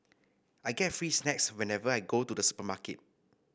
I get free snacks whenever I go to the supermarket